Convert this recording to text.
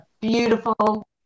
Beautiful